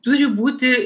turi būti